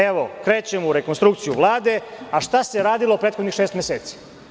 Evo krećemo u rekonstrukciju Vlade, a šta se radilo prethodnih šest meseci?